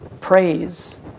praise